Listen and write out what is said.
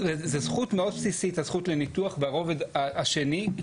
זו זכות מאוד בסיסית הזכות לניתוח ברובד השני.